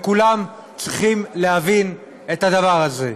וכולם צריכים להבין את הדבר הזה.